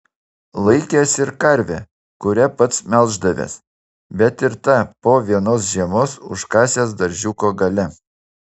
laikęs ir karvę kurią pats melždavęs bet ir tą po vienos žiemos užkasęs daržiuko gale